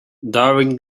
darwin